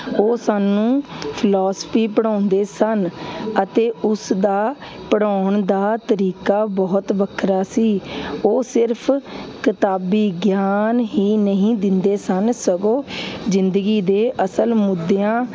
ਉਹ ਸਾਨੂੰ ਫਿਲੋਸਫੀ ਪੜ੍ਹਾਉਂਦੇ ਸਨ ਅਤੇ ਉਸ ਦਾ ਪੜ੍ਹਾਉਣ ਦਾ ਤਰੀਕਾ ਬਹੁਤ ਵੱਖਰਾ ਸੀ ਉਹ ਸਿਰਫ਼ ਕਿਤਾਬੀ ਗਿਆਨ ਹੀ ਨਹੀਂ ਦਿੰਦੇ ਸਨ ਸਗੋਂ ਜ਼ਿੰਦਗੀ ਦੇ ਅਸਲ ਮੁੱਦਿਆਂ